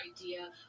idea